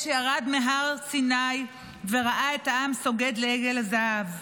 שירד מהר סיני וראה את העם סוגד לעגל הזהב.